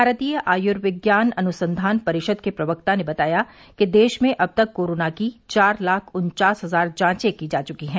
भारतीय आयुर्विज्ञान अनुसंधान परिषद के प्रवक्ता ने बताया कि देश में अब तक कोरोना की चार लाख उन्चास हजार जांचें की जा चुकी हैं